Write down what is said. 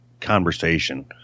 conversation